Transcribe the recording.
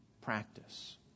practice